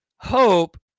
Hope